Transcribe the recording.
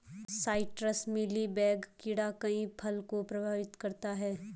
citrus mealy bug कीड़ा कई फल को प्रभावित करता है